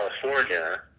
California